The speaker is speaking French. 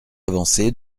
avancée